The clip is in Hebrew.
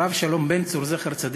הרב שלום בן צור זצ"ל,